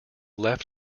left